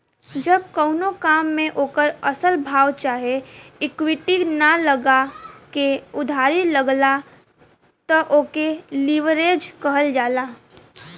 जब कउनो काम मे ओकर असल भाव चाहे इक्विटी ना लगा के उधारी लगला त ओके लीवरेज कहल जाला